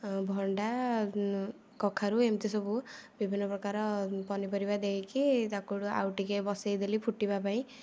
ଆଉ ଭଣ୍ଡା କଖାରୁ ଏମିତି ସବୁ ବିଭିନ୍ନ ପ୍ରକାର ପନିପରିବା ଦେଇକି ତାକୁ ଆଉ ଟିକେ ବସେଇଦେଲି ଫୁଟିବା ପାଇଁ